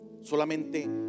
Solamente